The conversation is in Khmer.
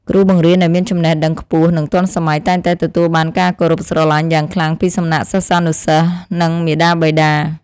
គ្រូបង្រៀនដែលមានចំណេះដឹងខ្ពស់និងទាន់សម័យតែងតែទទួលបានការគោរពស្រឡាញ់យ៉ាងខ្លាំងពីសំណាក់សិស្សានុសិស្ស និងមាតាបិតា។